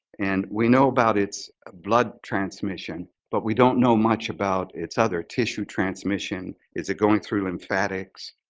and we know about its blood transmission but we don't know much about its other tissue transmission. is it going through lymphatics,